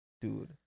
dude